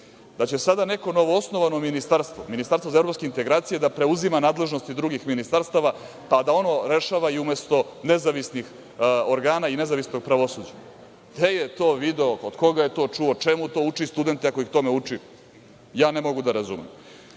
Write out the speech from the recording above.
da će sada neko novoosnovano ministarstvo, ministarstvo za evropske integracije da preuzima nadležnosti drugih ministarstava, pa da ono rešava i umesto nezavisnih organa i nezavisnog pravosuđa, gde je to video, kod koga je to čuo, čemu to uče studente, ako ih tome uči ja ne mogu da razumem. Na